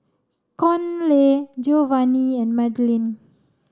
Conley Giovanny and Madlyn